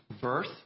birth